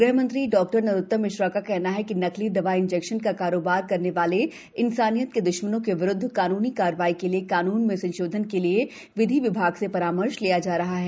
गृह मंत्री डॉ नरोत्तम मिश्रा का कहना है कि नकली दवा इंजेक्शन का कारोबार करने वाले इंसानियत के द्श्मनों के विरुद्ध कानूनी कार्यवाही के लिए कानून में संशोधन के लिए विधि विभाग से परामर्श लिया जा रहा है